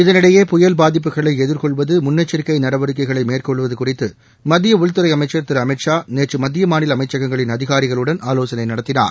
இதனிடையே புயல் பாதிப்புகளை எதிர்கொள்வது முன்னசெரிக்கை நடவடிக்கைகளை மேறகொள்வது குறித்து மத்திய உள்துறை அமைச்சர் திரு அமித் ஷா நேற்று மத்திய மாநில அமைச்சகங்களின் அதிகாரிகளுடன் ஆலோசனை நடத்தினார்